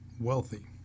wealthy